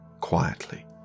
quietly